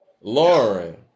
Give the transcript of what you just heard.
Lauren